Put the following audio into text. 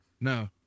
No